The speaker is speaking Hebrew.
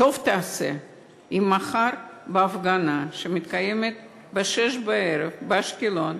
טוב תעשה אם תשלח מחר להפגנה שמתקיימת ב-18:00 באשקלון,